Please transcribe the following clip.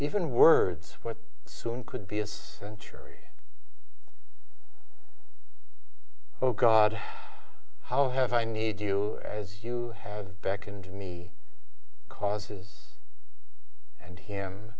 even words what soon could be a century oh god how have i need you as you had beckoned me causes and him